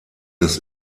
des